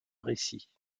récit